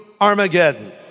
Armageddon